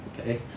Okay